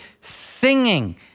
singing